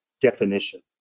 definition